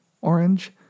Orange